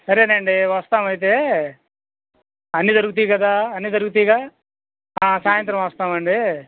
సరేనండి వస్తాం అయితే అన్నీ దొరుకుతాయి కదా అన్నీ దొరుకుతాయిగా సాయంత్రం వస్తామండి